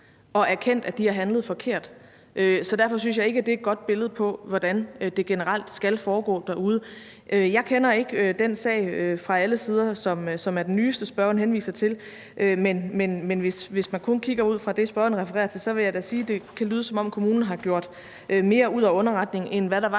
og erkendt, at de har handlet forkert, så derfor synes jeg ikke, at det er et godt billede på, hvordan det generelt skal foregå derude. Jeg kender ikke den nyeste sag, som spørgeren henviser til, fra alle sider, men hvis man kun ser på det ud fra det, spørgeren refererer til, vil jeg da sige, at det kan lyde, som om kommunen har gjort mere ud af underretningen, end hvad der var